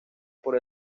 por